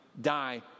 die